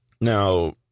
Now